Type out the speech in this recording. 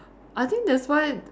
I think that's why